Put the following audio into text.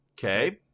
okay